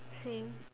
same